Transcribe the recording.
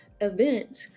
event